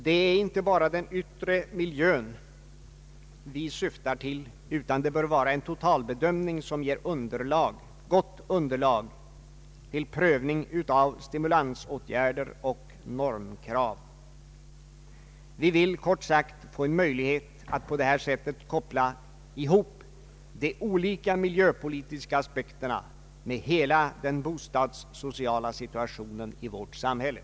Det är inte bara den yttre miljön vi syftar till, utan det bör vara en totalbedömning som ger ett gott underlag till prövningen av stimulansåtgärder och normkrav. Vi vill kort sagt få en möjlighet att på detta sätt koppla ihop de olika miljöpolitiska aspekterna med hela den bostadssociala situationen i vårt samhälle.